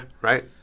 Right